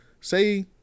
Say